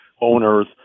owners